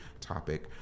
Topic